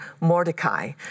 Mordecai